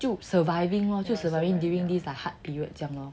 就 surviving lor surviving during like this hard period 这样 lor